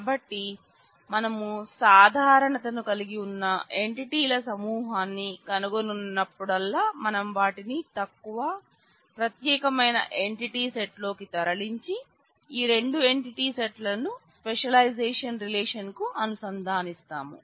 కాబట్టి మనము సాధారణతను కలిగి ఉన్న ఎంటిటీల సమూహాన్ని కనుగొన్నప్పుడల్లా మనం వాటిని తక్కువ ప్రత్యేకమైన ఎంటిటీ సెట్లోకి తరలించి ఈ రెండు ఎంటిటీ సెట్లను స్పెషలైజేషన్ రిలేషన్కు అనుసంధానిస్తాము